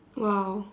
!wow!